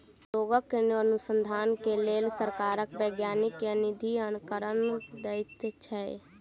रोगक अनुसन्धान के लेल सरकार वैज्ञानिक के निधिकरण दैत अछि